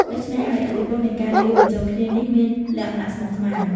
ដូច្នេះហើយ ឥទ្ធិពលនៃការលាយបញ្ចូលគ្នានេះមានលក្ខណៈស្មុគស្មាញ។